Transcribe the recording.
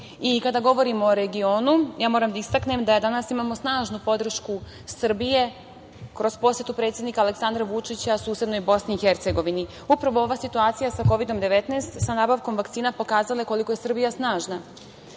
Moskvi. Kada govorimo o regionu, moram da istaknem da danas imamo snažnu podršku Srbije kroz posetu predsednika Aleksandra Vučića susednoj BiH.Upravo ova situacija sa Kovidom 19, sa nabavkom vakcina, pokazala je koliko je Srbija snažna.